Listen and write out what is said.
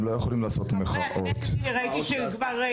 הם לא יכולים לעשות מחאות או להביא את